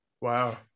Wow